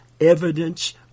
evidence